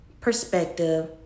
perspective